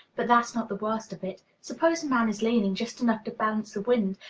but that's not the worst of it. suppose a man is leaning just enough to balance the wind,